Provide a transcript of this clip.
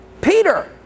Peter